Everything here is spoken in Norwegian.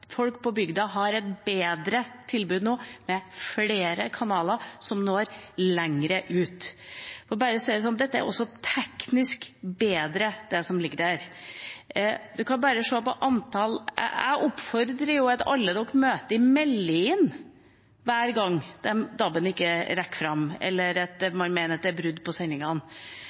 Folk på bygda har et bedre tilbud nå, med flere kanaler som når lenger ut. For bare å si det sånn: Det er også teknisk bedre det som ligger der. Jeg oppfordrer alle dere møter, å melde inn hver gang DAB-en ikke rekker fram, eller man mener at det er brudd på sendingene.